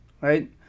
right